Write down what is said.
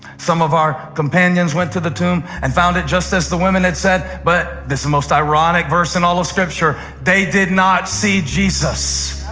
some of our companions went to the tomb and found it just as the women had said, but, this is the most ironic verse in all of scripture. they did not see jesus.